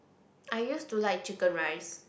I used to like chicken rice